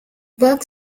work